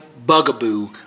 Bugaboo